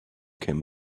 came